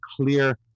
clear